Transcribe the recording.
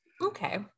Okay